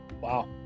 Wow